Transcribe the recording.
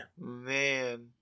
Man